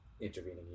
intervening